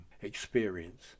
experience